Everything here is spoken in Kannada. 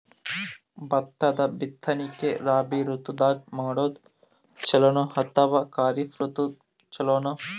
ಭತ್ತದ ಬಿತ್ತನಕಿ ರಾಬಿ ಋತು ದಾಗ ಮಾಡೋದು ಚಲೋನ ಅಥವಾ ಖರೀಫ್ ಋತು ಚಲೋನ?